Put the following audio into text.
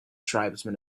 tribesmen